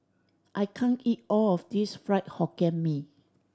I can't eat all of this Fried Hokkien Mee